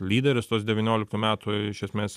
lyderis tuos devynioliktų metų iš esmės